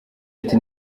ati